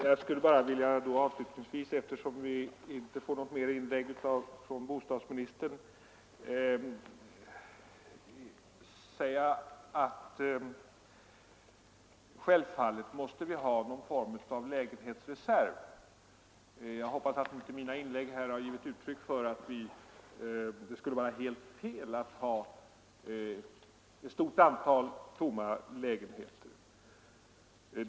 Fru talman! Jag skulle avslutningsvis — eftersom vi inte tycks få något mer inlägg från bostadsministern — vilja säga att det självfallet måste finnas någon form av lägenhetsreserv. Jag hoppas att inte mina inlägg givit intrycket att vi anser att det skulle vara helt fel att ha ett antal tomma lägenheter.